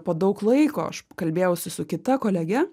po daug laiko aš kalbėjausi su kita kolege